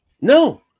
No